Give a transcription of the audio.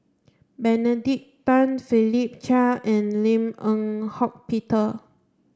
Benedict Tan Philip Chia and Lim Eng Hock Peter